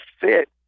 fit